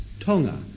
Tonga